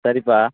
சரிப்பா